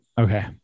Okay